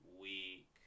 week